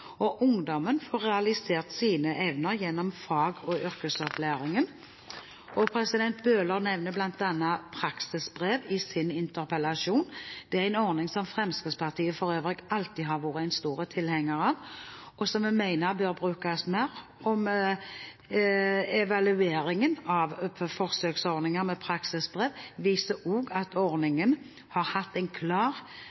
og ungdommen får realisert sine evner gjennom fag- og yrkesopplæringen. Bøhler nevner bl.a. praksisbrev i sin interpellasjon. Det er for øvrig en ordning som Fremskrittspartiet alltid har vært en stor tilhenger av, og som vi mener bør brukes mer. Evalueringen av forsøksordningen med praksisbrev viser også at ordningen har hatt en klar